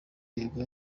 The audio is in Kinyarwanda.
yego